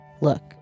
Look